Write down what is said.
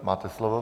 Máte slovo.